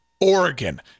Oregon